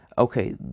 Okay